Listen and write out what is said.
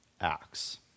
Acts